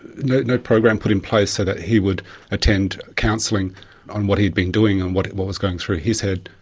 no no program put in place that he would attend counselling on what he had been doing and what what was going through his head.